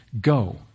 go